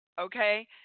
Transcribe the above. Okay